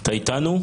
אתה איתנו?